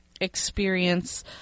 experience